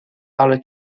ale